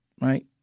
Right